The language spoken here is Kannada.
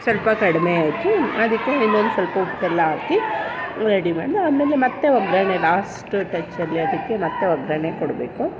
ಸ್ವಲ್ಪ ಕಡಿಮೆ ಹಾಕಿ ಅದಕ್ಕೆ ಇನ್ನೊಂದ್ಸ್ವಲ್ಪ ಉಪ್ಪೆಲ್ಲ ಹಾಕಿ ರೆಡಿ ಮಾಡಿ ಆಮೇಲೆ ಮತ್ತು ಒಗ್ಗರಣೆ ಲಾಸ್ಟ ಟಚ್ಚಲ್ಲಿ ಅದಕ್ಕೆ ಮತ್ತು ಒಗ್ಗರಣೆ ಕೊಡಬೇಕು